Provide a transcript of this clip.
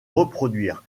reproduire